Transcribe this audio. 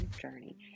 journey